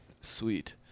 Sweet